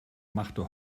machte